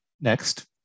Next